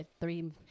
three